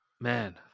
Man